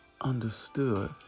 understood